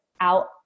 out